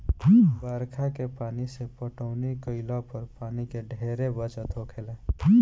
बरखा के पानी से पटौनी केइला पर पानी के ढेरे बचत होखेला